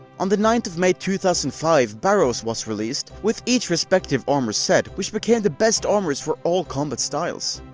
on the ninth of may two thousand and five, barrows was released with each respective armour set, which became the best armours for all combat styles.